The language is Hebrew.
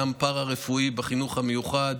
גם פארה-רפואיים בחינוך המיוחד.